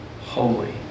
holy